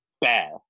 bad